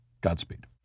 Godspeed